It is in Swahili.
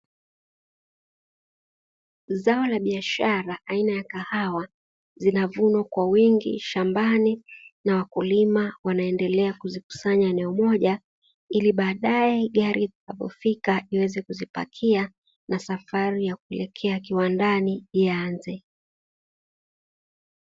Zao la biashara aina ya kahawa zinavunwa kwa wingi shambani na wakulima wanaendelea kuzikusanya eneo moja, ili badae gari litakapo fika liweze kuzipakia na safari ya kuelekea kiwandani ianze.